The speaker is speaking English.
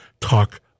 talk